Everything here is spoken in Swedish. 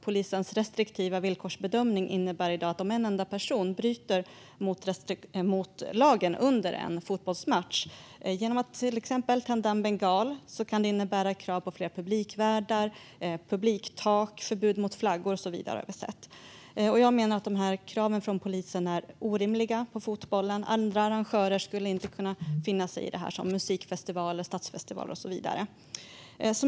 Polisens restriktiva villkorsbedömning innebär i dag att om en enda person bryter mot lagen under en fotbollsmatch, genom att till exempel tända en bengal, kan det bli krav på fler publikvärdar och publiktak samt förbud mot flaggor och så vidare. Jag menar att kraven från polisen när det gäller fotbollen är orimliga. Andra arrangörer skulle inte finna sig i detta - jag tänker på musikfestivaler, stadsfestivaler och så vidare.